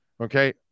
okay